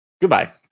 Goodbye